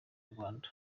rwanda